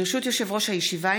ברשות יושב-ראש הישיבה,